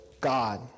God